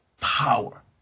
power